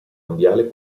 mondiale